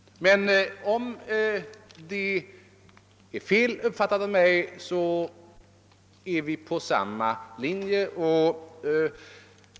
Men om det är feluppfattat av mig befinner vi oss på samma linje.